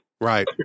Right